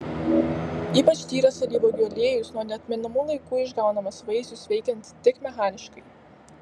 ypač tyras alyvuogių aliejus nuo neatmenamų laikų išgaunamas vaisius veikiant tik mechaniškai